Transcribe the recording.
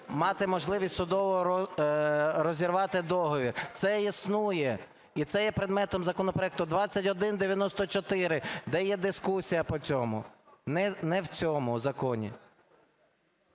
мати можливість розірвати договір. Це існує. І це є предметом законопроекту 2194, де є дискусія по цьому. Не в цьому законі.